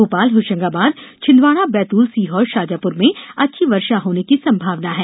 भोपाल होशंगाबाद छिंदवाड़ा बैतूल सीहोर शाजापुर में अच्छी वर्षा होने की संभावना है